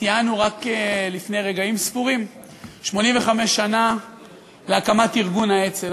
ציינו רק לפני רגעים ספורים 85 שנה להקמת ארגון האצ"ל.